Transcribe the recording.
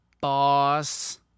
boss